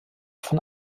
von